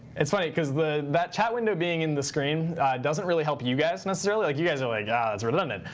it's funny, because that chat window being in the screen doesn't really help you you guys necessarily. like you guys are like, yeah it's redundant.